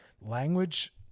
Language